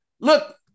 look